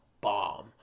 bomb